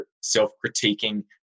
self-critiquing